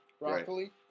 broccoli